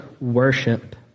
worship